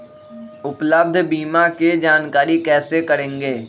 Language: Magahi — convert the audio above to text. उपलब्ध बीमा के जानकारी कैसे करेगे?